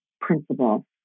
principle